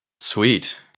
Sweet